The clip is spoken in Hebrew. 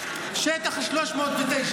שטח 309,